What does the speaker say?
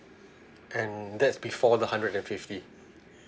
and that's before the hundred and fifty